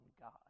God